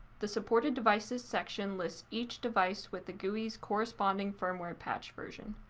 the supported devices section lists each device with the gui's corresponding firmware patch version.